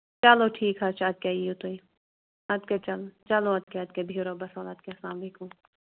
چَلو ٹھیٖک حظ چھُ اَدٕ کیٛاہ یِیِو تُہۍ اَدٕ کیٛاہ چَلو چَلو اَدٕ کیٛاہ اَدٕ کیٛاہ بِہِو رۄبَس حَوال اَدٕ کیٛاہ السلام علیکُم